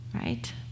right